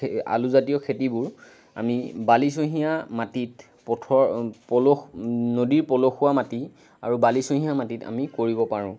আলুজাতীয় খেতিবোৰ আমি বালিচঁহীয়া মাটিত নদীৰ পলসুৱা মাটি আৰু বালিচঁহীয়া মাটিত আমি কৰিব পাৰোঁ